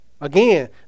again